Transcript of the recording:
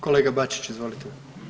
Kolega Bačić, izvolite.